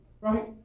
right